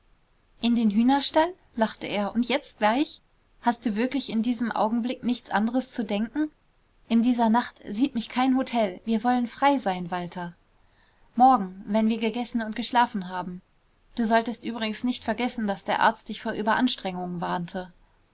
in den hühnerstall lachte er und gleich jetzt hast du wirklich in diesem augenblick nichts anderes zu denken in dieser nacht sieht mich kein hotel wir wollen frei sein walter morgen wenn wir gegessen und geschlafen haben du solltest übrigens nicht vergessen daß der arzt dich vor überanstrengungen warnte